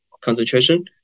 concentration